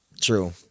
true